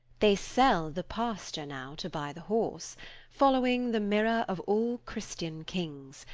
they sell the pasture now, to buy the horse following the mirror of all christian kings,